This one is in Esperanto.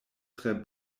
tre